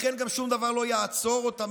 לכן גם שום דבר לא יעצור אותם,